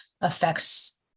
affects